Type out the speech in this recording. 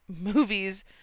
movies